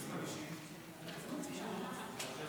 2 נתקבלו.